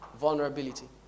Vulnerability